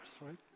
right